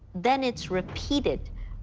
then it's repeated.